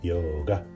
Yoga